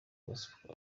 gospel